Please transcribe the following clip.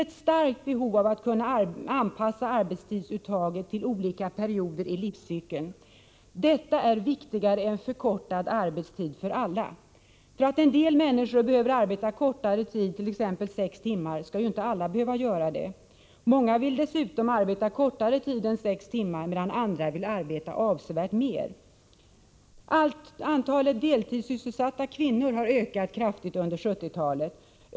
Det finns ett starkt behov av att kunna anpassa arbetstidsuttaget till olika perioder i livscykeln. Detta är viktigare än förkortad arbetstid för alla. För att en del människor behöver arbeta kortare tid, t.ex. sex timmar, skall inte alla behöva göra det. Många vill dessutom arbeta ännu kortare tid än sex timmar, medan andra vill arbeta avsevärt mer. Antalet deltidssysselsatta kvinnor ökade kraftigt under 1970-talet.